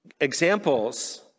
examples